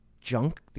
junk